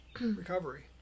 recovery